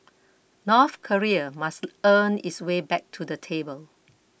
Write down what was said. North Korea must earn its way back to the table